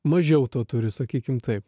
mažiau to turi sakykim taip